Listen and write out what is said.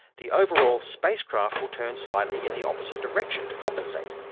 the overall spacecraft will turn slightly in the opposite direction to compensate,